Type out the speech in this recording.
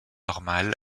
normale